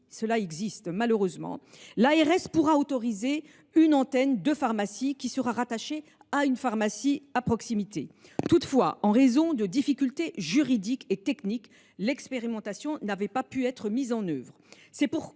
régionale de santé (ARS) pourra autoriser une antenne de pharmacie qui sera rattachée à une pharmacie à proximité. Toutefois, en raison de difficultés juridiques et techniques, l’expérimentation n’avait pas pu être mise en œuvre.